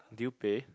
did you pay